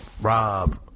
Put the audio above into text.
Rob